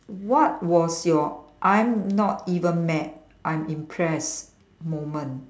what was your I'm not even mad I'm impressed moment